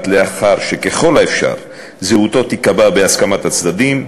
לאחר שככל האפשר זהותו תיקבע בהסכמת הצדדים.